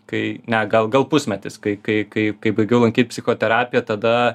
kai ne gal gal pusmetis kai kai kai kai baigiau lankyt psichoterapiją tada